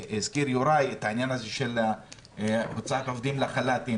יוראי הזכיר את העניין של הוצאת עובדים לחל"ת.